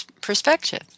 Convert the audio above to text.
perspective